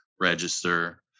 register